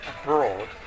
abroad